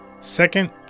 Second